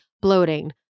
bloating